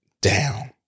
down